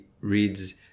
reads